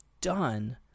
done